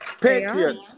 Patriots